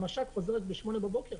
המש"ק חוזרת ב-08:00 בבוקר.